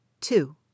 Two